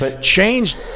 changed